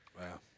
Wow